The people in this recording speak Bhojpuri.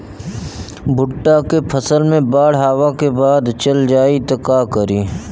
भुट्टा के फसल मे बाढ़ आवा के बाद चल जाई त का करी?